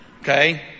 Okay